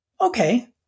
okay